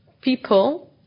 people